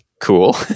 Cool